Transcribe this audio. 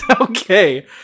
okay